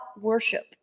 worship